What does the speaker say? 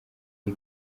iyi